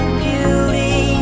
beauty